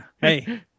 Hey